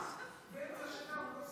לי, בנט לא